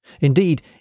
Indeed